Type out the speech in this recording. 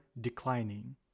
Declining